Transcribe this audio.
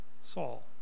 Saul